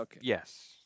Yes